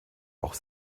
auch